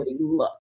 look